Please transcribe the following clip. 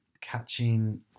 catching